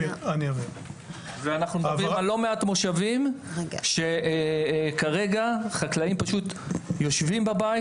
אנחנו מדברים על לא מעט מושבים שחקלאים יושבים בבית